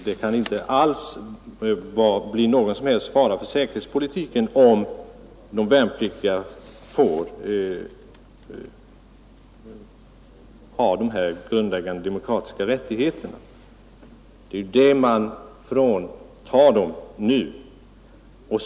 Det kan inte utgöra någon som helst fara för säkerhetspolitiken om de värnpliktiga får utöva de grundläggande demokratiska rättigheterna. Det är ju den rätten man nu fråntar dem.